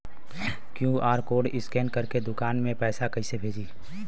QR code scan करके दुकान में पैसा कइसे भेजी?